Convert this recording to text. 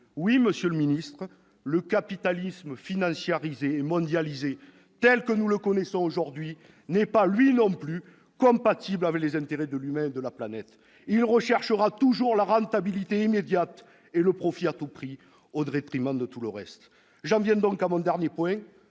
Oui, monsieur le ministre d'État, le capitalisme financiarisé et mondialisé tel que nous le connaissons aujourd'hui n'est pas, lui non plus, compatible avec les intérêts de l'humain et de la planète ! Il recherchera toujours la rentabilité immédiate et le profit à tout prix, au détriment de tout le reste. J'en viens donc à mon dernier point.